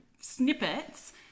snippets